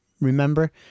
remember